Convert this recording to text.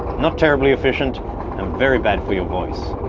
not terribly efficient, and very bad for your voice.